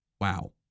wow